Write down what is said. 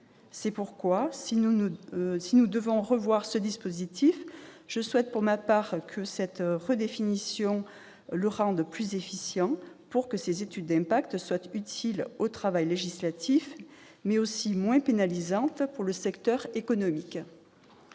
C'est pourquoi, si nous devons revoir ce dispositif, je souhaite, pour ma part, que cette révision le rende plus efficient, afin que ces études d'impact soient utiles au travail législatif, mais aussi moins pénalisantes pour le secteur économique.